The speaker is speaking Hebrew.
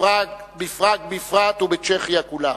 בפראג בפרט ובצ'כיה כולה.